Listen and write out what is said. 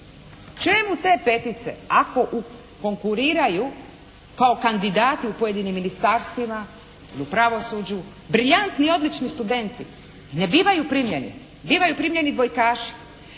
Čemu te petice ako konkuriraju kao kandidati u pojedinim ministarstvima ili u pravosuđu briljantni i odlični studenti ne bivaju primljeni. Bivaju primljeni kojekaši.